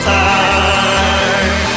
time